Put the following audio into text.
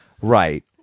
Right